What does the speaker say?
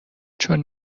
چون